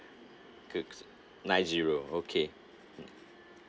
could nine zero okay